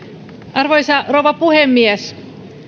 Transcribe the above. arvoisa rouva puhemies